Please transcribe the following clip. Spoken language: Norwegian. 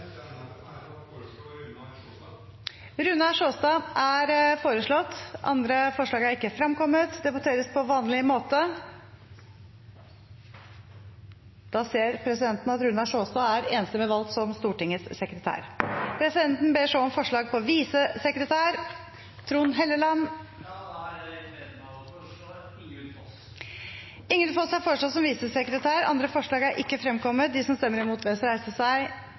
Runar Sjåstad . Runar Sjåstad er foreslått som sekretær. – Andre forslag er ikke fremkommet. Presidenten ber så om forslag på visesekretær . Jeg har gleden av å foreslå Ingunn Foss . Ingunn Foss er foreslått som visesekretær. – Andre forslag er ikke fremkommet.